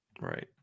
Right